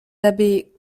abbés